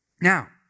Now